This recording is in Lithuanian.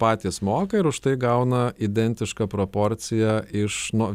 patys moka ir už tai gauna identišką proporciją iš nuo